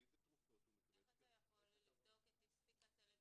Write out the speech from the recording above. איזה תרופות הוא מקבל --- איך אתה יכול לבדוק את אי ספיקת הלב?